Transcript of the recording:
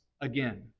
Again